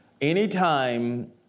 Anytime